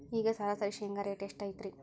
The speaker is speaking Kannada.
ಈಗ ಸರಾಸರಿ ಶೇಂಗಾ ರೇಟ್ ಎಷ್ಟು ಐತ್ರಿ?